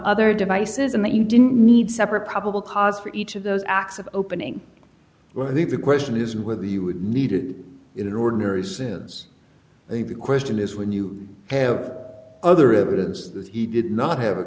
other devices and that you didn't need separate probable cause for each of those acts of opening where i think the question is whether you would need it in an ordinary sense they the question is when you have other evidence that he did not have a